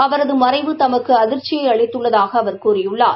அவரதுமறைவு தமக்குஅதிர்ச்சயைஅளித்துள்ளதாகஅவர் கூறியுள்ளார்